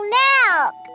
milk